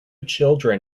children